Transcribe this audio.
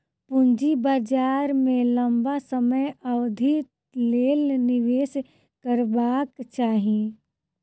पूंजी बाजार में लम्बा समय अवधिक लेल निवेश करबाक चाही